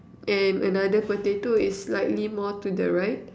and another potato is slightly more to the right